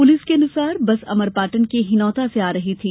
police के अनुसार bus Amarpatan के हिनौता से आ रही थी